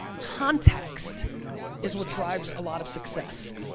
context is what drives a lot of success,